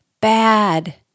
bad